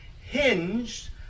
hinged